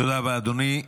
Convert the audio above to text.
תודה רבה, אדוני.